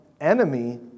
enemy